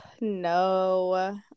no